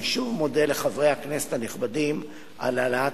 אני שוב מודה לחברי הכנסת הנכבדים על העלאת